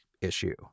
issue